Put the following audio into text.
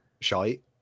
shite